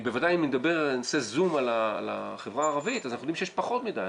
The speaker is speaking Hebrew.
בוודאי אם אני אעשה זום על החברה הערבית אז אנחנו יודעים שיש פחות מדי,